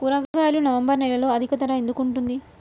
కూరగాయలు నవంబర్ నెలలో అధిక ధర ఎందుకు ఉంటుంది?